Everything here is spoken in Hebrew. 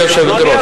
הזה מאוד מסובך.